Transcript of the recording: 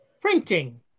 Printing